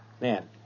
man